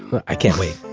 but i can't wait.